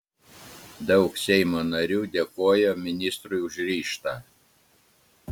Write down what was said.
daug seimo narių dėkojo ministrui už ryžtą